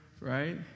right